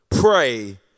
pray